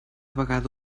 vegada